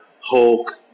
Hulk